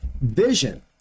vision